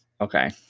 Okay